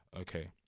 okay